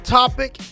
topic